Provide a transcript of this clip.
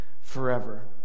forever